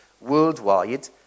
worldwide